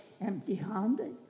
empty-handed